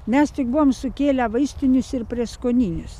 mes tik buvom sukėlę vaistinius ir prieskoninius